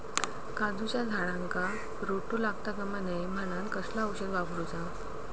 काजूच्या झाडांका रोटो लागता कमा नये म्हनान कसला औषध वापरूचा?